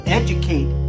educate